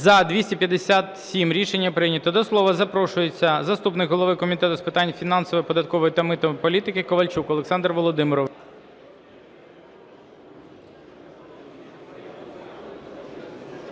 За-257 Рішення прийнято. До слова запрошується заступник голови Комітету з питань фінансів, податкової та митної політики Ковальчук Олександр Володимирович.